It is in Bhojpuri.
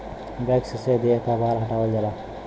वैक्स से देह क बाल हटावल जाला